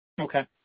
Okay